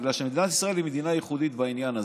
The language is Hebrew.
בגלל שמדינת ישראל היא מדינה ייחודית בעניין הזה.